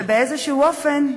--- בסדר.